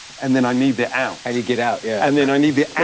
and then i need the out. how do you get out, yeah. and then i need the